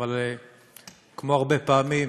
אבל כמו הרבה פעמים,